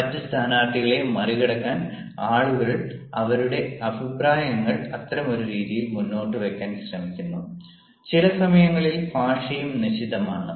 മറ്റ് സ്ഥാനാർത്ഥികളെ മറികടക്കാൻ ആളുകൾ അവരുടെ അഭിപ്രായങ്ങൾ അത്തരമൊരു രീതിയിൽ മുന്നോട്ട് വയ്ക്കാൻ ശ്രമിക്കുന്നു ചില സമയങ്ങളിൽ ഭാഷയും നിശിതമാണ്